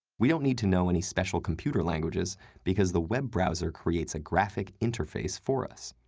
we don't need to know any special computer languages because the web browser creates a graphic interface for us.